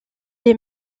est